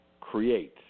create